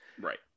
Right